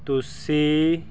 ਤੁਸੀਂ